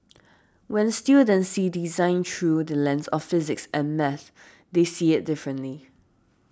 when students see design through the lens of physics and maths they see it differently